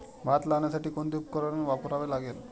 भात लावण्यासाठी कोणते उपकरण वापरावे लागेल?